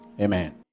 Amen